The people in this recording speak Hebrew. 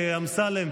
אמסלם,